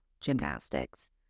gymnastics